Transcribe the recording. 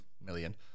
million